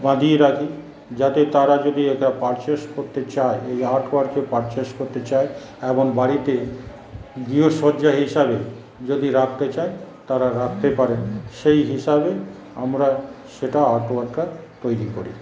বাঁধিয়ে রাখি যাতে তারা যদি এটা পার্চেস করতে চায় এই আর্ট ওয়ার্কটি পার্চেস করতে চায় এবং বাড়িতে গৃহসজ্জা হিসাবে যদি রাখতে চায় তারা রাখতে পারে সেই হিসাবে আমরা সেটা আর্ট ওয়ার্কটা তৈরি করি